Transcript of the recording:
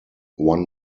one